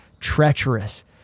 treacherous